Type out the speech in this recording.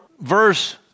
verse